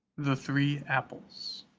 the three apples.